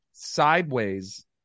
sideways